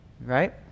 right